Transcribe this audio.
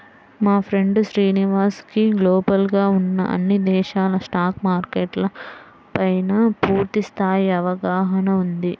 మా ఫ్రెండు శ్రీనివాస్ కి గ్లోబల్ గా ఉన్న అన్ని దేశాల స్టాక్ మార్కెట్ల పైనా పూర్తి స్థాయి అవగాహన ఉంది